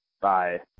Bye